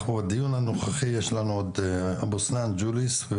בדיון הנוכחי יש לנו עוד אבו סנאן, ג'וליס,